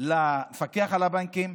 למפקח על הבנקים,